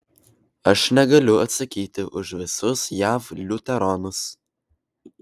aš negaliu atsakyti už visus jav liuteronus